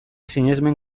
sinesmen